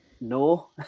no